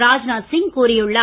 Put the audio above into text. ராஜ்நாத் சிங் கூறியுள்ளார்